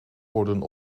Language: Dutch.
worden